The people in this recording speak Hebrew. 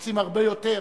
שרוצים הרבה יותר.